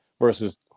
versus